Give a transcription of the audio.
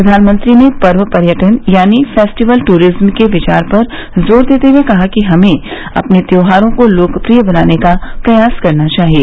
प्रधानमंत्री ने पर्व पर्यटन यानी फेस्टिवल टूरिज़्म के विचार पर जोर देते हुए कहा कि हमें अपने त्यौहारों को लोकप्रिय बनाने का प्रयास करना चाहिए